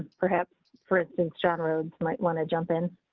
perhaps, for instance, john rhodes might want to jump in.